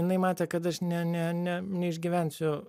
jinai matė kad aš ne ne ne neišgyvensiu